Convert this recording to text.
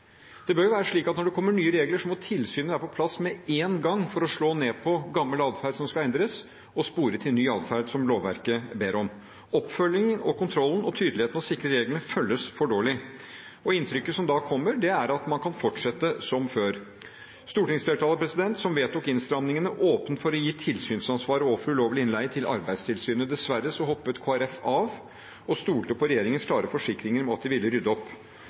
Det bør jo være slik at når det kommer nye regler, må tilsynet være på plass med en gang for å slå ned på gammel atferd som skal endres, og spore til ny atferd som lovverket ber om. Oppfølgingen og kontrollen og tydeligheten av å sikre reglene følges for dårlig, og inntrykket som da kommer, er at man kan fortsette som før. Stortingsflertallet som vedtok innstramningene, åpnet for å gi tilsynsansvaret for ulovlig innleie til Arbeidstilsynet. Dessverre hoppet Kristelig Folkeparti av og stolte på regjeringens klare forsikringer om at de ville rydde opp.